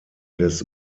des